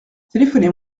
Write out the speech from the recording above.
téléphonez